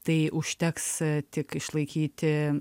tai užteks tik išlaikyti